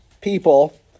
people